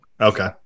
Okay